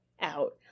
out